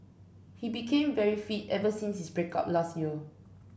he became very fit ever since his break up last year